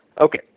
Okay